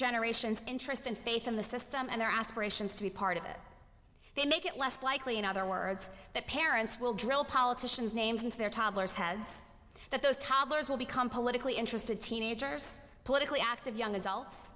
generations interest and faith in the system and their aspirations to be part of it they make it less likely in other words that parents will drill politicians names into their toddlers heads that those toddlers will become politically interested teenagers politically active young adults